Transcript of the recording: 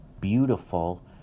beautiful